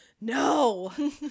no